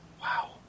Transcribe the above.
Wow